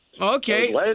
Okay